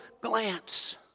glance